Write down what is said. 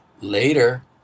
Later